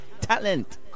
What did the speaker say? talent